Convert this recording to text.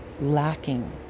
lacking